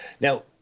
Now